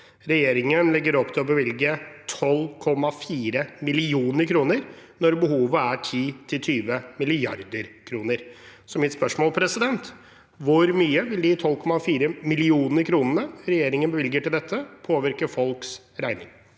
Regjeringen legger opp til å bevilge 12,4 mill. kr når behovet er 10– 20 mrd. kr. Så mitt spørsmål er: Hvor mye vil de 12,4 mill. kr regjeringen bevilger til dette, påvirke folks regning?